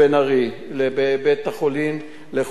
בית-החולים לחולי נפש,